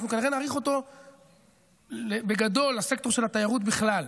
אנחנו כנראה נאריך אותו בגדול לסקטור של התיירות בכלל,